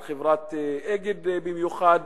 על חברת "אגד" במיוחד.